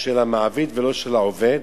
של המעביד ולא של העובד.